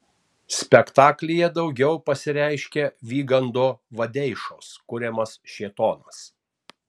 spektaklyje daugiau pasireiškia vygando vadeišos kuriamas šėtonas